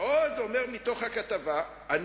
אדוני היושב-ראש.